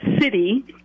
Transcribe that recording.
city